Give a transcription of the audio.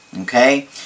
Okay